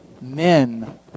men